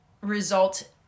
result